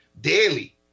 daily